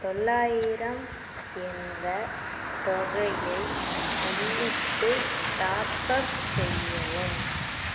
தொள்ளாயிரம் என்ற தொகையை உள்ளிட்டு டாப்அப் செய்யவும்